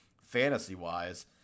fantasy-wise